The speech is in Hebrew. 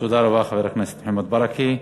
תודה רבה, חבר הכנסת מוחמד ברכה.